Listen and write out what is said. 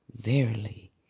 Verily